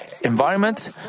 environment